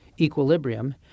equilibrium